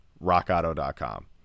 rockauto.com